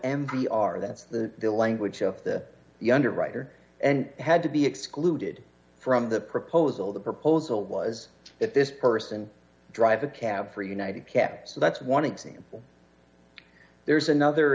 r that's the language of the younger writer and had to be excluded from the proposal the proposal was that this person drive a cab for united cab so that's one example there's another